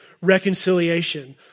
reconciliation